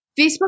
Facebook